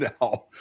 now